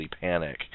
panic